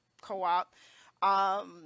co-op